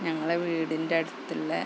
ഞങ്ങളെ വീടിൻ്റടുത്തുള്ള